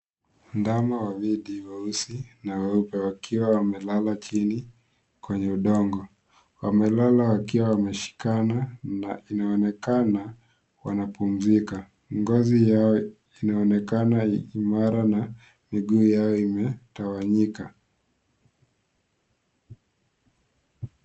Ndama wawili weusi na weupe wakiwa wamelala chini kwenye udongo , wamelala wakiwa wameshikana na inaonekana wanapumzika . Ngozi yao inaonekana kuwa imara na miguu yao imetawanyika.